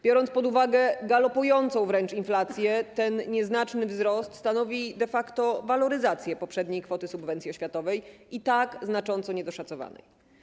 Biorąc pod uwagę galopującą wręcz inflację, ten nieznaczny wzrost stanowi de facto waloryzację poprzedniej kwoty subwencji oświatowej, i tak znacząco niedoszacowanej.